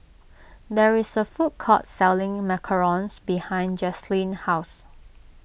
there is a food court selling Macarons behind Jaslene's house